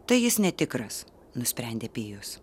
tai jis netikras nusprendė pijus